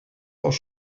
auch